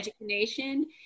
education